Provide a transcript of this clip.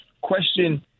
question